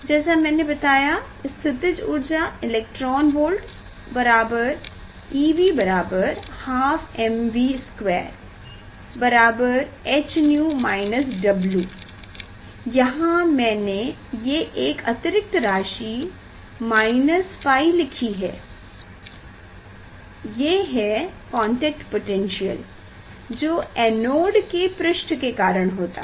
जैसा मैने बताया स्थितिज ऊर्जा eV बराबर 12mv2 बराबर h𝛎 W यहाँ मैने ये एक अतिरिक्त राशि ϕ लिखी है ये है कांटैक्ट पोटैन्श्यल जो एनोड के पृष्ठ के कारण होता है